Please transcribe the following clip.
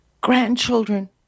grandchildren